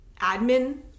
admin